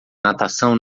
natação